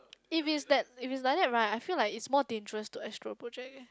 if is that if it is like that right I feel like it's more dangerous to astral project eh